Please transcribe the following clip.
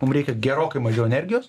mum reikia gerokai mažiau energijos